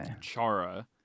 Chara